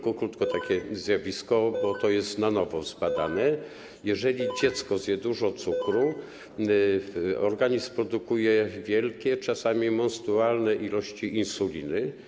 Krótko - jest takie zjawisko, to jest na nowo zbadane, że jeżeli dziecko zje dużo cukru, to organizm produkuje wielkie, czasami monstrualne ilości insuliny.